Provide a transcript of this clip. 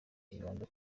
ibanza